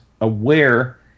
aware